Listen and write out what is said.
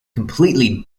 completely